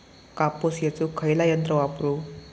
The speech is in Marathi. कापूस येचुक खयला यंत्र वापरू?